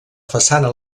façana